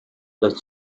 the